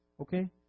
Okay